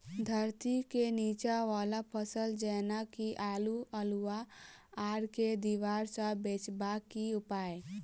धरती केँ नीचा वला फसल जेना की आलु, अल्हुआ आर केँ दीवार सऽ बचेबाक की उपाय?